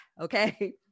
Okay